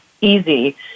easy